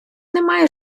немає